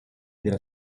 della